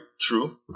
True